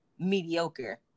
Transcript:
Mediocre